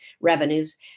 revenues